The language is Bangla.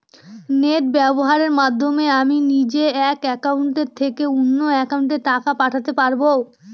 নেট ব্যবহারের মাধ্যমে আমি নিজে এক অ্যাকাউন্টের থেকে অন্য অ্যাকাউন্টে টাকা পাঠাতে পারব?